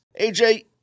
AJ